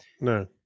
No